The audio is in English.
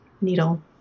needle